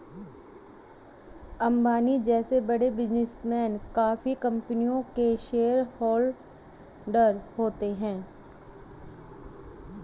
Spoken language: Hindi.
अंबानी जैसे बड़े बिजनेसमैन काफी कंपनियों के शेयरहोलडर होते हैं